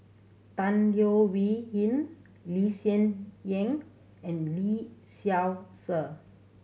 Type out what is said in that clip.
Tan Leo Wee Hin Lee Hsien Yang and Lee Seow Ser